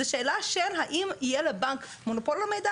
זו שאלה של האם יהיה לבנק מונופול על המידע